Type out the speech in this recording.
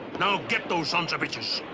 now, get those sons of bitches.